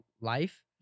life